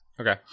Okay